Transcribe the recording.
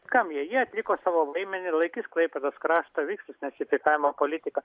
kam jie jie atliko savo vaidmenį laikys klaipėdos kraštą vykdys nacifikavimo politiką